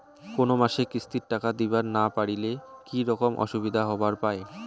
কোনো মাসে কিস্তির টাকা দিবার না পারিলে কি রকম অসুবিধা হবার পায়?